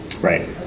Right